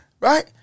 right